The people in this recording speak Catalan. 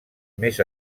més